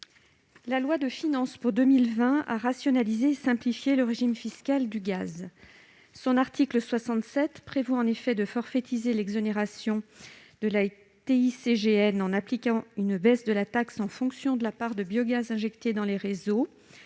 La loi de finances pour 2020 a rationalisé et simplifié le régime fiscal du gaz. Son article 67 prévoit en effet de forfaitiser l'exonération de la TICGN en appliquant une baisse de la taxe en fonction de la part de biogaz injecté dans les réseaux